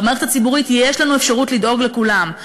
במערכת הציבורית יש לנו אפשרות לדאוג לכולם.